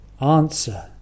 answer